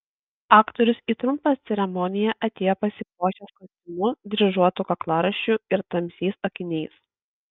aktorius į trumpą ceremoniją atėjo pasipuošęs kostiumu dryžuotu kaklaraiščiu ir tamsiais akiniais